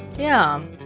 yeah